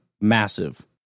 massive